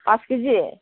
পাঁচ কেজি